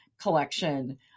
collection